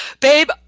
babe